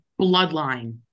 bloodline